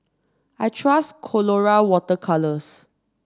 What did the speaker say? I trust Colora Water Colours